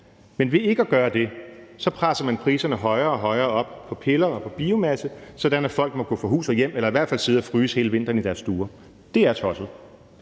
Men ved ikke at gøre det, presser man priserne på piller og biomasse højere og højere op, sådan at folk må gå fra hus og hjem – eller i hvert fald sidde og fryse hele vinteren i deres stuer. Det er tosset.